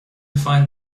find